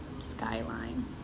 skyline